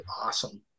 awesome